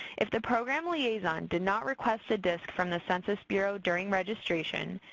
if the program liaison did not request a disc from the census bureau during registration,